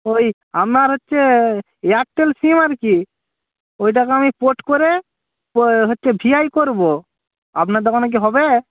ওই আমার হচ্ছে এয়ারটেল সিম আর কি ওইটাকে আমি পোর্ট করে হচ্ছে ভিআই করবো